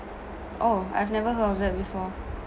oh I've never heard of that before